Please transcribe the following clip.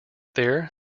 there